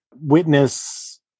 witness